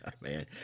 Man